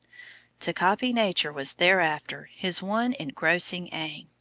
to copy nature was thereafter his one engrossing aim.